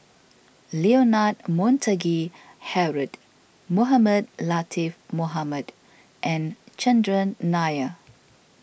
Leonard Montague Harrod Mohamed Latiff Mohamed and Chandran Nair